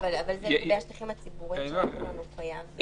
לגבי השטחים הציבוריים שלו הוא חייב.